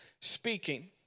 speaking